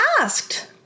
asked